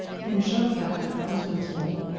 and shoved back the covers once more.